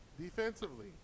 Defensively